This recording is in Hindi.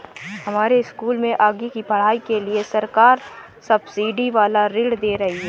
हमारे स्कूल में आगे की पढ़ाई के लिए सरकार सब्सिडी वाला ऋण दे रही है